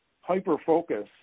hyper-focus